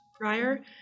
prior